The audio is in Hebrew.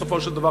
בסופו של דבר,